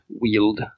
wield